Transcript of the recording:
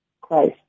Christ